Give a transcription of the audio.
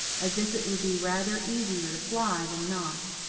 as if it would be rather easier to fly than not.